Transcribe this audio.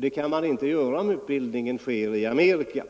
Det kan man inte göra om utbildningen sker i Amerika.